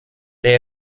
they